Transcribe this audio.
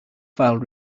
file